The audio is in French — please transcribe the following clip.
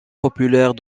populaire